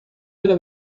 della